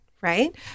right